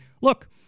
look